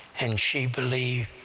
and she believed